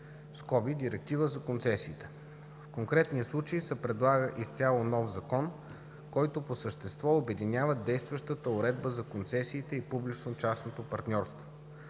концесия (Директива за концесиите). В конкретния случай се предлага изцяло нов закон, който по същество обединява действащата уредба за концесиите и публично-частното партньорство.